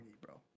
bro